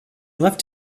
left